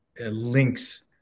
links